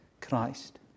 Christ